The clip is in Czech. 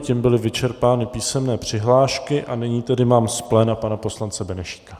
Tím byly vyčerpány písemné přihlášky a nyní tedy mám z pléna pana poslance Benešíka.